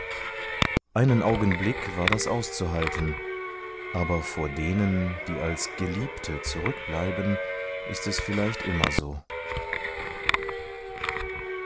einen augenblick war das auszuhalten aber vor denen die als geliebte zurückbleiben ist es vielleicht immer so